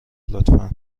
لطفا